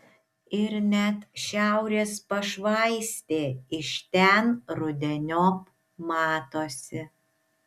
ir net šiaurės pašvaistė iš ten rudeniop matosi